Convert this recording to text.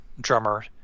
drummer